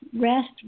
rest